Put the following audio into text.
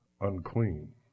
unclean